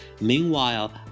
Meanwhile